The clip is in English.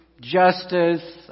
Justice